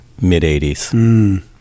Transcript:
mid-80s